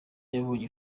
yabonye